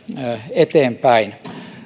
eteenpäin